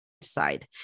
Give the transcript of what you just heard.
side